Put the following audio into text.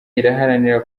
iharanira